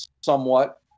somewhat